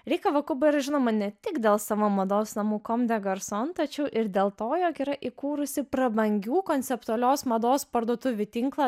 rei kavakubo yra žinoma ne tik dėl savo mados namų kom de garson ir dėl to jog yra įkūrusi prabangių konceptualios mados parduotuvių tinklą